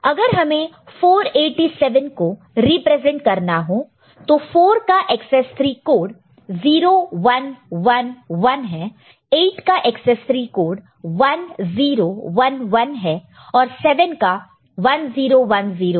अगर हमें 487 को को रिप्रेजेंट करना हो तो 4 का एकसेस 3 कोड 0111 है 8 का एकसेस 3 कोड 1011 है और 7 का 1010 है